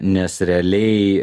nes realiai